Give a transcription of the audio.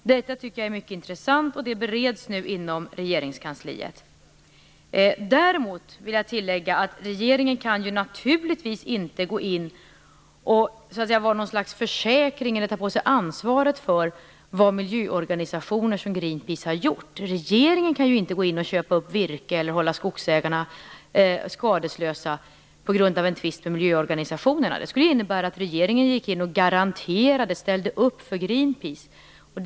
Detta förslag tycker jag är mycket intressant, och det bereds nu inom Regeringskansliet. Däremot vill jag tillägga att regeringen naturligtvis inte kan gå in och ta på sig ansvaret för vad miljöorganisationer som Greenpeace har gjort. Regeringen kan ju inte gå in och köpa upp virke eller hålla skogsägarna skadeslösa på grund av en tvist med miljöorganisationerna. Det skulle innebära att regeringen ställde upp för Greenpeace.